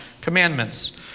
commandments